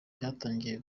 byatangiye